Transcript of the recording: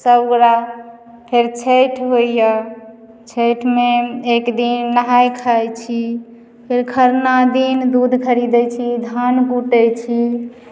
सभगोटए फेर छठि होइए छठिमे एकदिन नहाइ खाइत छी फेर खरना दिन दूध खरीदैत छी धान कूटैत छी